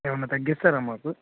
ఏమైనా తగ్గిస్తారా మాకు